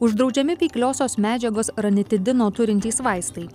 uždraudžiami veikliosios medžiagos ranitidino turintys vaistai